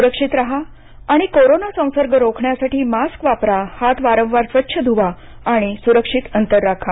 सुरक्षित राहा आणि कोरोना संसर्ग रोखण्यासाठी मास्क वापरा हात वारंवार स्वच्छ धुवा आणि सुरक्षित अंतर राखा